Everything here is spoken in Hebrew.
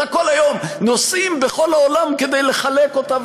ורק כל היום נוסעים בכל העולם כדי לחלק אותה,